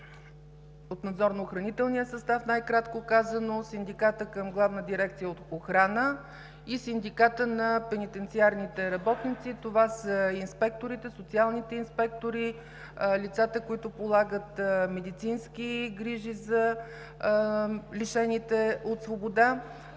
от Надзорно-охранителния състав, най-кратко казано – Синдикатът към Главна дирекция „Охрана“, и Синдикатът на пенитенциарните работници – това са инспекторите; социалните инспектори; лицата, които полагат медицински грижи за лишените от свобода.